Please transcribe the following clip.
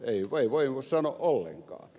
ei voi muuta sanoa ollenkaan